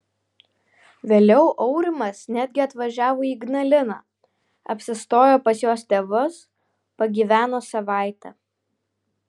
vėliau aurimas netgi atvažiavo į ignaliną apsistojo pas jos tėvus pagyveno savaitę